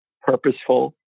purposeful